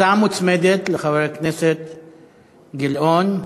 הצעה מוצמדת של חבר הכנסת גילאון.